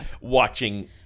watching